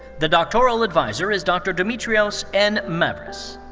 the doctoral adviser is dr. dimitrios n. mavris.